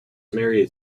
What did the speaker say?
married